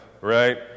right